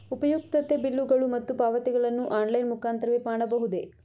ಉಪಯುಕ್ತತೆ ಬಿಲ್ಲುಗಳು ಮತ್ತು ಪಾವತಿಗಳನ್ನು ಆನ್ಲೈನ್ ಮುಖಾಂತರವೇ ಮಾಡಬಹುದೇ?